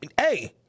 Hey